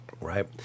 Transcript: Right